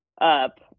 up